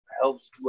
helps